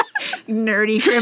Nerdy